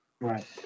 Right